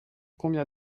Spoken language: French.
combien